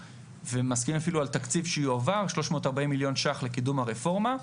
ומסכימים אפילו על תקציב שיועבר 340 מיליון שקלים לקידום הרפורמה.